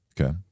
okay